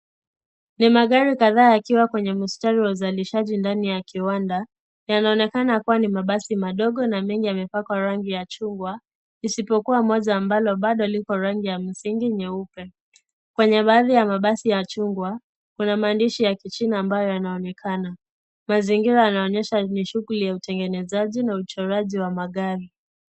Ni magari kadhaa yakiwa kwenye mstari wa uzalishaji ndani ya kiwanda, yanaonekana kuwa ni mabasi madogo na mengi yamepakwa rangi ya chungwa, isipokuwa moja ambalo bado liko rangi ya msingi nyeupe, kwenye baadhi ya mabasi ya chungwa, kuna maandishi ya ki China ambayo yanaonekana, mazingira yanaonyesha ni shuguli ya utengenezaji na uchoraji wa magari.